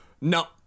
no